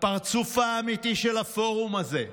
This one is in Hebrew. הפרצוף האמיתי של הפורום הזה.